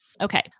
Okay